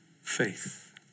faith